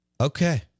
Okay